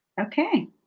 okay